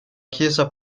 chiesa